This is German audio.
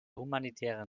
humanitären